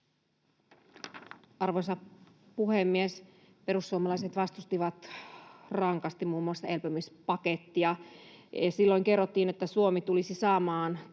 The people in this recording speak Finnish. Arvoisa puhemies! Perussuomalaiset vastustivat rankasti muun muassa elpymispakettia. Silloin kerrottiin, että Suomi tulisi saamaan